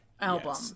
album